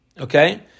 Okay